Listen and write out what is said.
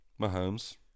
Mahomes